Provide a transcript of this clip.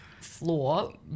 floor